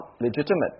legitimate